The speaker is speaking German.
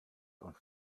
uns